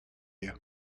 you